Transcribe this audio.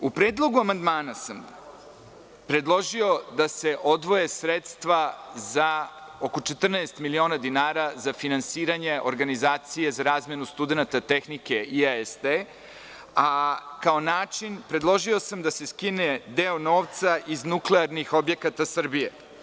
U predlogu amandmana sam predložio da se odvoje sredstva, oko 14 miliona dinara, za finansiranje Organizacije za razmenu studenata tehnike IAESTE, a kao način predložio sam da se skine deo novca iz nuklearnih objekata Srbije.